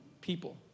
people